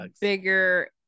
bigger